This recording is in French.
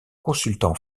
consultant